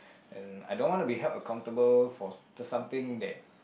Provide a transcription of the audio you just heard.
and I don't want to be held accountable for something that